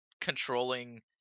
controlling